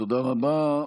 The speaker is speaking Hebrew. תודה רבה.